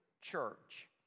church